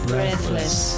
Breathless